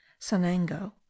sanango